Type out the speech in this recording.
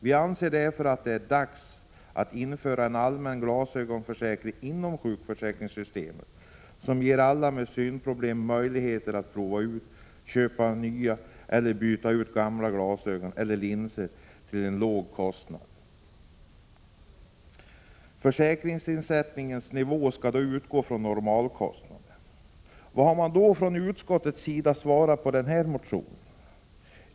Vi anser därför att det är dags att införa en allmän glasögonförsäkring inom sjukförsäkringssystemet, en försäkring som ger alla med synproblem möjlighet att prova ut glasögon, köpa nya eller byta ut gamla glasögon och linser till en låg kostnad. Försäkringsersättningens nivå skall då utgå från normalkostnader. Vad har då utskottet svarat på den här motionen?